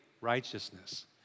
righteousness